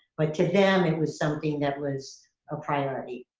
but to them it was something that was a priority.